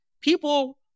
people